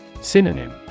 Synonym